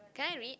can I read